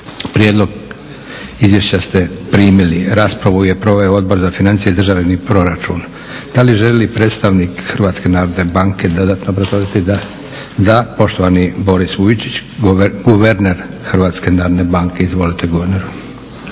Prijedlog izvješća ste primili. Raspravu je proveo Odbor za financije i državni proračun. Želi li predstavnik HNB-a dodatno obrazložiti? Da. Poštovani Boris Vujčić, guverner HNB-a. Izvolite guverneru.